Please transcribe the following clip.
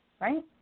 right